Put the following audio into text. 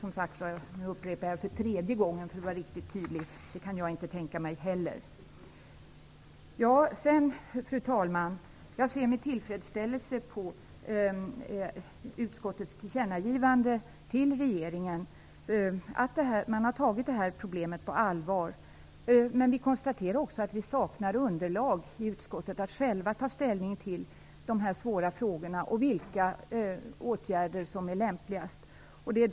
Jag upprepar för tredje gången, för att vara riktigt tydlig, att inte heller jag kan tänka mig en sådan. Fru talman! Jag ser utskottets tillkännagivande till regeringen med tillfredsställelse. Man har tagit det här problemet på allvar. Men vi konstaterar också att vi i utskottet saknar underlag för att själva kunna ta ställning till de här svåra frågorna och till vilka åtgärder som är lämpligast.